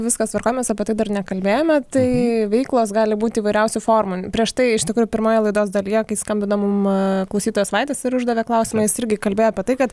viskas tvarkoj mes apie tai dar nekalbėjome tai veiklos gali būti įvairiausių formų prieš tai iš tikro pirmoje laidos dalyje kai skambino mum klausytojas vaidas ir uždavė klausimą jis irgi kalbėjo apie tai kad